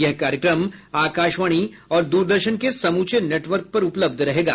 यह कार्यक्रम आकाशवाणी और द्रदर्शन को समूचे नेटवर्क पर उपलब्ध रहेगा